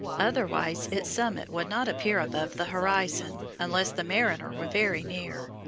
otherwise its summit would not appear above the horizon, unless the mariner were very near.